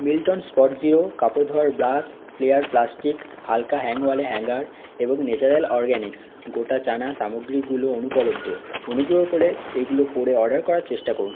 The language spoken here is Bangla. মিল্টন স্পটজিরো কাপড় ধোয়ার ব্রাশ ফ্লেয়ার প্লাস্টিক হালকা হ্যাংওয়ালে হ্যাঙ্গার এবং নেচার্যাল অরগ্যানিক্স গোটা চানা সামগ্রীগুলো অনুপলব্ধ অনুগ্রহ করে এগুলো পরে অর্ডার করার চেষ্টা করুন